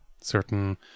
certain